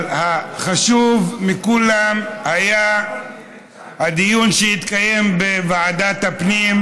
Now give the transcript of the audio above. אבל החשוב מכולם היה הדיון שהתקיים בוועדת הפנים בעניין